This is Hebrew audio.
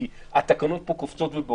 כי התקנות פה קופצות ובאות.